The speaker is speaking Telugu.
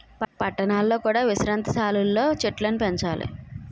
పట్టణాలలో కూడా విశ్రాంతి సాలలు లో చెట్టులను పెంచాలి